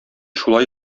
шулай